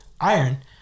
iron